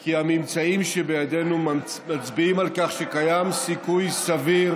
כי הממצאים שבידינו מצביעים על כך שקיים סיכוי סביר